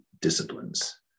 disciplines